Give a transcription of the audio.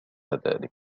ذلك